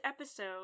episode